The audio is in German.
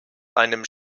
einem